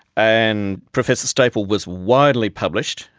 and professor stapel was widely published,